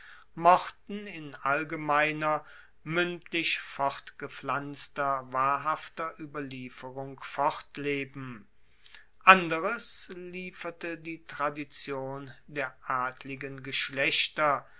mochten in allgemeiner muendlich fortgepflanzter wahrhafter ueberlieferung fortleben anderes lieferte die tradition der adligen geschlechter